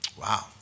Wow